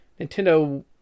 Nintendo